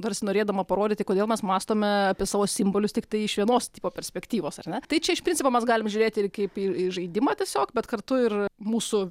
tarsi norėdama parodyti kodėl mes mąstome apie savo simbolius tiktai iš vienos tipo perspektyvos ar ne tai čia iš principo mes galim žiūrėti ir kaip į žaidimą tiesiog bet kartu ir mūsų